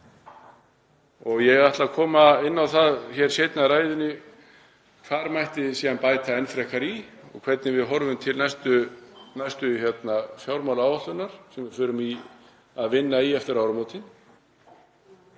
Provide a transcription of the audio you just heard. Ég ætla að koma inn á það seinna í ræðunni að þar mætti síðan bæta enn frekar í og hvernig við horfum til næstu fjármálaáætlunar sem við förum að vinna eftir áramótin